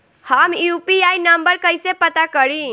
हम UPI number कइसे पता करी?